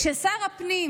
כששר הפנים,